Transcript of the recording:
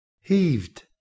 heaved